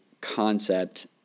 concept